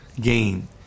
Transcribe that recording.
gain